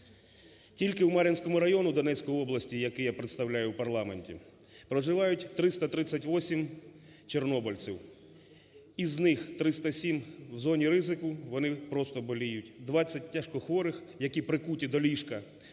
Тільки вМар'їнському районі Донецької області, який я представляю у парламенті, проживають 338 чорнобильців, із них 307 – в зоні ризику, вони просто боліють, 20 тяжко хворих, які прикуті до ліжка,